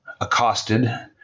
accosted